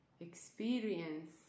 experience